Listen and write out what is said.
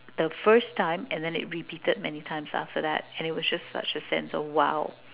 the first time and then it repeated many times after that and it was just such a sense of !wow!